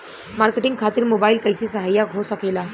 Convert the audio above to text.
Marketing खातिर mobile कइसे सहायक हो सकेला?